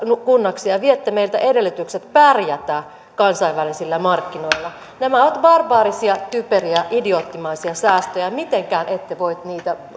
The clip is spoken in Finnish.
ja ja viette meiltä edellytykset pärjätä kansainvälisillä markkinoilla nämä ovat barbaarisia typeriä idioottimaisia säästöjä mitenkään ette voi niitä